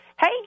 Hey